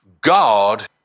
God